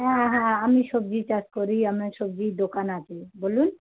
হ্যাঁ হ্যাঁ আমি সবজি চাষ করি আমার সবজির দোকান আছে বলুন